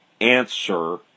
answer